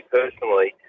personally